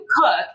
cook